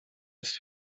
ist